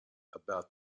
about